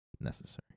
necessary